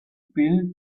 build